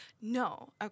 no